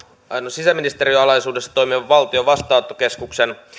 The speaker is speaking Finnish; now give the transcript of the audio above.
sisäministeriön alaisuudessa toimivan valtion vastaanottokeskuksen